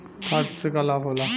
खाद्य से का लाभ होला?